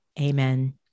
amen